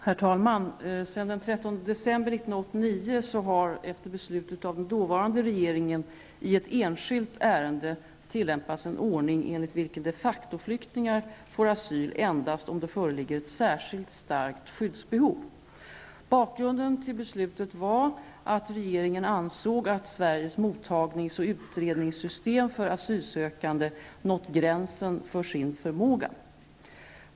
Herr talman! Sedan den 13 december 1989 har, det efter beslut av den dåvarande regeringen i ett enskilt ärende, tillämpats en ordning enligt vilken de facto-flyktningar får asyl endast om det föreligger ett särskilt starkt skyddsbehov. Bakgrunden till beslutet var att den dåvarande regeringen ansåg att Sveriges mottagnings och utredningssystem för asylsökande nått gränsen för sin förmåga.